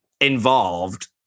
involved